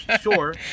Sure